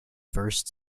first